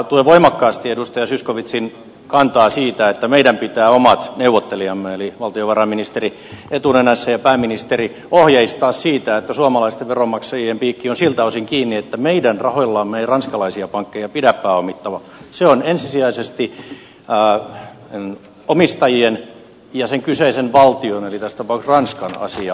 tuen voimakkaasti edustaja zyskowiczin kantaa siitä että meidän pitää omat neuvottelijamme eli valtiovarainministeri etunenässä ja pääministeri ohjeistaa siitä että suomalaisten veronmaksajien piikki on siltä osin kiinni että meidän rahoillamme ei ranskalaisia pankkeja pidä pääomittaa vaan se on ensisijaisesti omistajien ja sen kyseisen valtion eli tässä tapauksessa ranskan asia